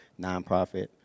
nonprofit